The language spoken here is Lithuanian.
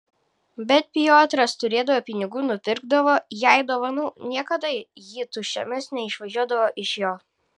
bet piotras turėdavo pinigų nupirkdavo jai dovanų niekada ji tuščiomis neišvažiuodavo iš jo